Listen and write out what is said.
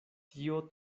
tio